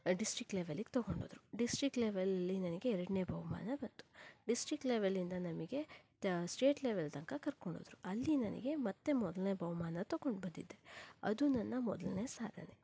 district ಲೆವೆಲಿಗ್ ತಗೊಂಡೋದ್ರು district ಲೆವೆಲಲ್ಲಿ ನನಗೆ ಎರಡನೇ ಬಹುಮಾನ ಬಂತು ಡಿಸ್ಟ್ರಿಕ್ಟ್ ಲೆವೆಲಿಂದ ನಮಗೆ ತ ಸ್ಟೇಟ್ ಲೆವೆಲ್ ತನಕ ಕರ್ಕೊಂಡೋದ್ರು ಅಲ್ಲಿ ನನಗೆ ಮತ್ತೆ ಮೊದಲನೇ ಬಹುಮಾನ ತಗೊಂಡು ಬಂದಿದ್ದೆ ಅದು ನನ್ನ ಮೊದಲನೇ ಸಾಧನೆ